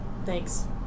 thanks